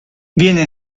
viene